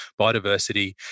biodiversity